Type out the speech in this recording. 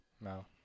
No